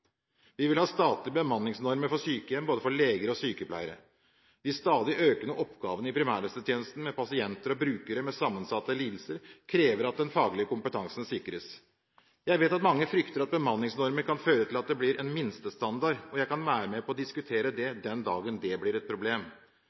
Vi vil ha statlige bemanningsnormer for sykehjem både for leger og sykepleiere. De stadig økende oppgavene i primærhelsetjenesten med pasienter og brukere med sammensatte lidelser krever at den faglige kompetansen sikres. Jeg vet at mange frykter at bemanningsnormer kan føre til at det blir en minstestandard, og jeg kan være med på å diskutere det den dagen det blir et problem.